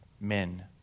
men